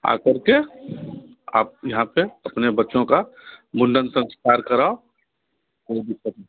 आ कर के आप यहाँ पर अपने बच्चों का मुंडन संस्कार कराओ कोई दिक्कत नहीं